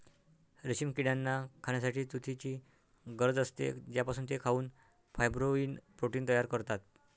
रेशीम किड्यांना खाण्यासाठी तुतीची गरज असते, ज्यापासून ते खाऊन फायब्रोइन प्रोटीन तयार करतात